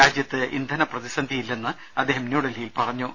രാജ്യത്ത് ഇന്ധന പ്രതിസന്ധി ഇല്ലെന്നും അദ്ദേഹം ന്യൂഡൽഹിയിൽ പറഞ്ഞു